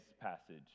passage